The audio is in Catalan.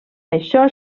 això